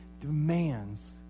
demands